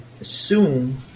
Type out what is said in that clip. assume